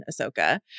Ahsoka